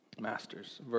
Masters